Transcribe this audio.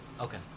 Okay